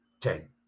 ten